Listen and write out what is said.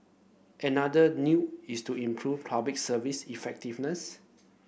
another is to improve Public Service effectiveness